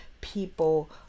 people